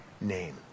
name